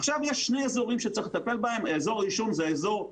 יש שני אזורים שצריך לטפל בהם: האזור הראשון הוא